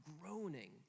groaning